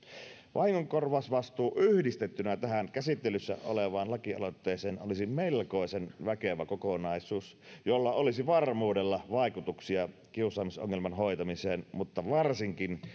vahingonkorvausvastuu yhdistettynä tähän käsittelyssä olevaan lakialoitteeseen olisi melkoisen väkevä kokonaisuus jolla olisi varmuudella vaikutuksia kiusaamisongelman hoitamiseen mutta varsinkin